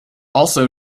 also